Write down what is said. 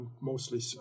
mostly